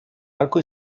arco